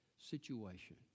situation